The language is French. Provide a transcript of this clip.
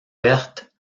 perte